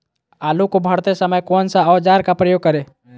आलू को भरते समय कौन सा औजार का प्रयोग करें?